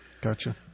Gotcha